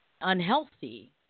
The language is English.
unhealthy